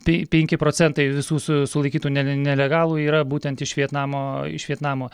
tai penki procentai visų su sulaikytų ne nelegalų yra būtent iš vietnamo iš vietnamo